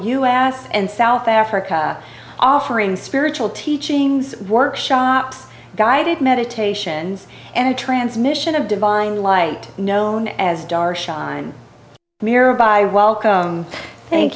s and south africa offering spiritual teachings workshops guided meditation and a transmission of divine light known as dar shine mira by welcome thank